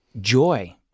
Joy